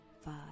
five